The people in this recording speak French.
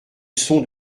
son